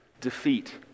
defeat